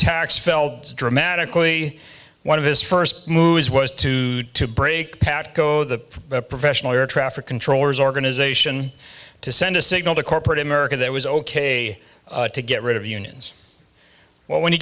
tax fell dramatically one of his first moves was to to break patco the professional air traffic controllers organization to send a signal to corporate america that was ok to get rid of unions when you